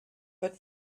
but